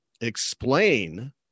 explain